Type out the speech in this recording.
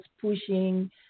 pushing